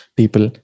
people